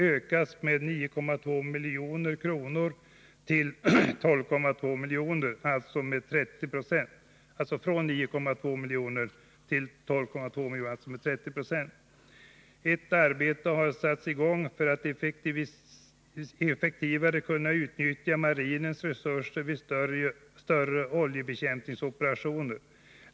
Ett arbete har satts i gång för att man effektivare skall kunna utnyttja marinens resurser vid större oljebekämpningsoperationer.